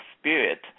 spirit